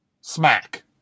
smack